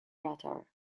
rotor